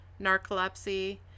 narcolepsy